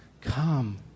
Come